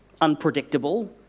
unpredictable